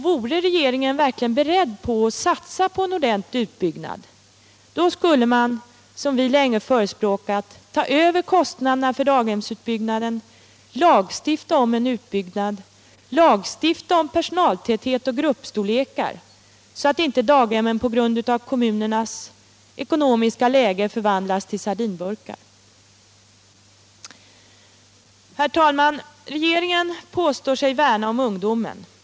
Vore regeringen verkligen beredd att satsa på en ordentlig utbyggnad, skulle man, som vi länge har förespråkat, ta över kostnaderna för daghemsutbyggnaden samt lagstifta om en utbyggnad och om personaltäthet och gruppstorlekar, så att inte daghemmen på grund av kommunernas trängda ekonomiska läge förvandlas till sardinburkar. Herr talman! Regeringen påstår sig värna om ungdomen.